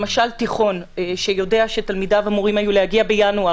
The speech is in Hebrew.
למשל תיכון שיודע שתלמידיו אמורים היו להגיע בינואר.